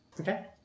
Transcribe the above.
Okay